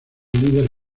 líder